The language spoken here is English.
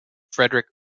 friedrich